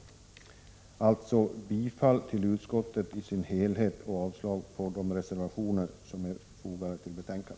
Jag yrkar således bifall till utskottets hemställan på samtliga punkter och avslag på de till utskottsbetänkandet fogade reservationerna.